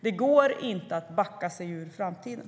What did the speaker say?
Det går inte att backa sig ur framtiden.